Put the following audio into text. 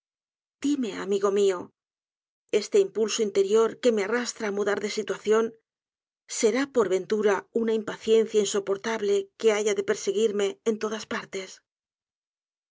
dime amigo mió este impulso interior que me arrastra á mudar de situación será por ventura una impaciencia insoportable que haya de perseguirme en todas partes